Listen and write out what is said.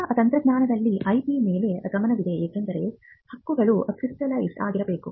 ಹೊಸ ತಂತ್ರಜ್ಞಾನದಲ್ಲಿ ಐಪಿ ಮೇಲೆ ಗಮನವಿದೆ ಏಕೆಂದರೆ ಹಕ್ಕುಗಳು ಕ್ರ್ಯಸ್ತಲಿಝೆಡ್ ಆಗಬೇಕು